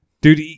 Dude